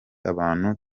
abantu